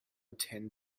attend